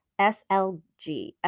SLG